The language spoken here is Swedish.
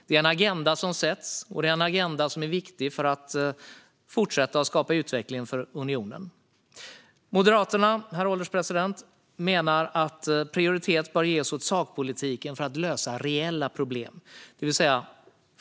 Det är en agenda som sätts, som är viktig för att fortsätta skapa utveckling för unionen. Moderaterna menar, herr ålderspresident, att prioritet bör ges åt sakpolitiken för att lösa reella problem.